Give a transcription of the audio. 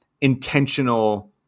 intentional